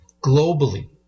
globally